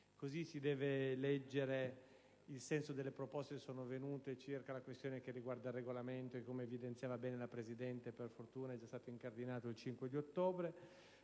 così si deve leggere il senso delle proposte venute circa la questione che riguarda il Regolamento (la cui discussione, come evidenziava bene la Presidente, per fortuna è già stata incardinata il 5 ottobre);